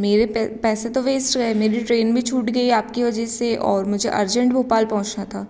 मेरे पै पैसे तो वेस्ट गए मेरी ट्रेन भी छूट गई आपकी वजह से और मुझे अर्जेंट भोपाल पहुँचना था